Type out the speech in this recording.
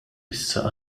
issa